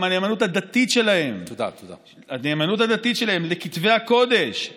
גם הנאמנות הדתית שלהם לכתבי הקודש,